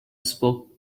spoke